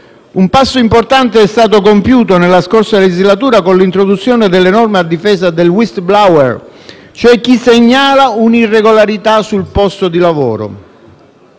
Un passo importante è stato compiuto, nella scorsa legislatura, con l'introduzione delle norme a difesa del *whistleblower*, cioè chi segnala un'irregolarità sul posto di lavoro.